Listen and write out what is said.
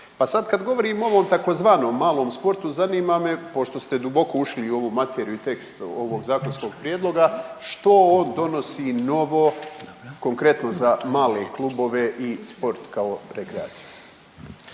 Pa sada govorimo o ovom tzv. malom sportu zanima me pošto ste duboko ušli u ovu materiju teksta ovog zakonskog prijedloga što on donosi novo konkretno za male klubove i sport kao rekreaciju?